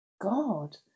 God